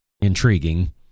intriguing